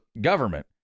government